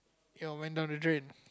it all went down the drain